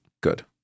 Good